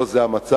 לא זה המצב.